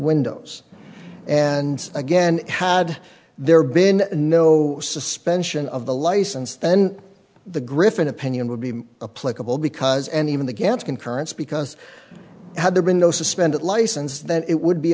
windows and again had there been no suspension of the license then the gryphon opinion would be a political because and even the dance concurrence because had there been no suspended license then it would be